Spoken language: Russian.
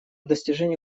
достижения